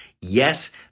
Yes